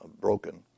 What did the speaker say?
broken